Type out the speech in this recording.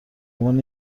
عنوان